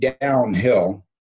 downhill